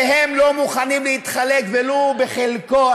והם לא מוכנים להתחלק ולו בחלקו,